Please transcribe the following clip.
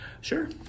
Sure